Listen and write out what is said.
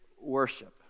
worship